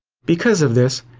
because of this,